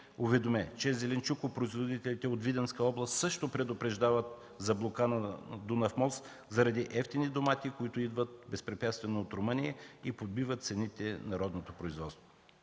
уведомя, че зеленчукопроизводителите от Видинска област също предупреждават за блокада на Дунав мост заради евтини домати, които идват безпрепятствено от Румъния и подбиват цените на родното производство.